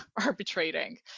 arbitrating